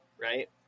right